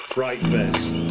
Frightfest